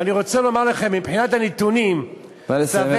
ואני רוצה לומר לכם: מבחינת הנתונים, נא לסיים.